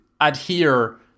adhere